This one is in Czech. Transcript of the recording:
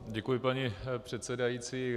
Děkuji, paní předsedající.